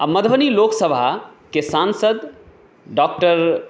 आओर मधुबनी लोकसभाके सांसद डॉक्टर